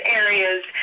areas